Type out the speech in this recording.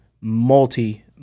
multi